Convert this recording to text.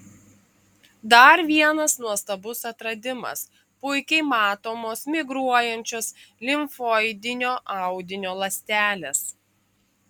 dar vienas nuostabus atradimas puikiai matomos migruojančios limfoidinio audinio ląstelės